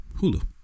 Hulu